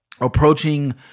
approaching